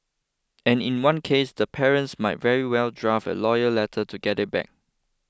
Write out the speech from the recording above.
and in one case the parents might very well draft a lawyers letter to get it back